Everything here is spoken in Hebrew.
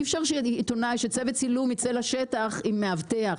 אי-אפשר שעיתונאי של צוות צילום ייצא לשטח עם מאבטח,